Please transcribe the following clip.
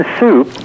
soup